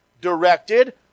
directed